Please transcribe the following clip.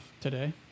Today